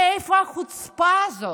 מאיפה החוצפה הזאת?